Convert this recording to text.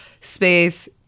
space